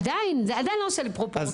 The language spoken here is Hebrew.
עדיין זה עדיין לא עושה לי פרופורציה.